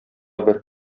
бер